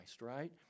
right